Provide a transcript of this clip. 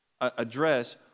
address